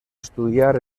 estudiar